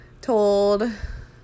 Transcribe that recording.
told